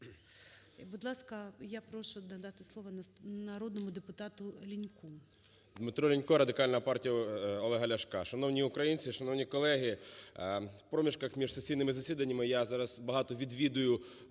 Дмитро Лінько, Радикальна партія Олега Ляшка. Шановні українці! Шановні колеги! В проміжках між сесійними засіданнями я зараз багато відвідую